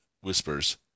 whispers